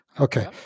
Okay